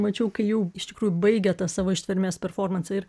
mačiau kai jau iš tikrųjų baigia tą savo ištvermės performansą ir